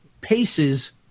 paces